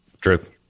Truth